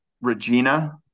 Regina